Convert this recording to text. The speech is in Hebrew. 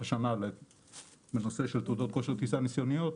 השנה לנושא של תעודות כושר טיסה ניסיוניות,